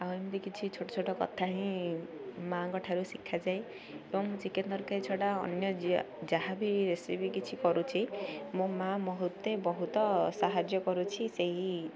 ଆଉ ଏମିତି କିଛି ଛୋଟ ଛୋଟ କଥା ହିଁ ମାଆଙ୍କ ଠାରୁ ଶିଖାଯାଏ ଏବଂ ଚିକେନ୍ ତରକାରୀ ଛଡ଼ା ଅନ୍ୟ ଯାହା ବି ରେସିପି କିଛି କରୁଛି ମୋ ମାଆ ମତେ ବହୁତ ସାହାଯ୍ୟ କରୁଛି ସେଇ